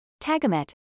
tagamet